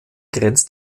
grenzt